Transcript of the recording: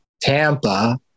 Tampa